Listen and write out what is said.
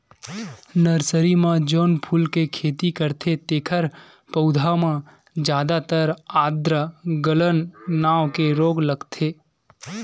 nursery म जउन फूल के खेती करथे तेखर पउधा म जादातर आद्र गलन नांव के रोग लगथे